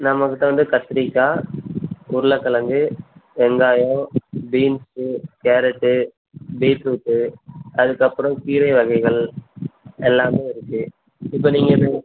நம்மகிட்ட வந்து கத்திரிக்காய் உருளக்கெழங்கு வெங்காயம் பீன்ஸு கேரட்டு பீட்ரூட்டு அதுக்கப்புறம் கீரை வகைகள் எல்லாமே இருக்குது இப்போ நீங்கள் எது